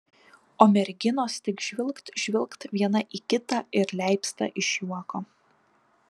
o merginos tik žvilgt žvilgt viena į kitą ir leipsta iš juoko